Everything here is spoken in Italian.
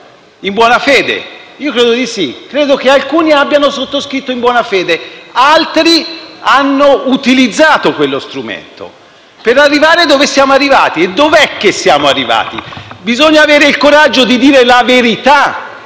in buona fede. Io credo di sì: credo che alcuni abbiano sottoscritto in buona fede. Altri hanno utilizzato quello strumento per arrivare dove siamo arrivati e dove è che siamo arrivati? Bisogna avere il coraggio di dire la verità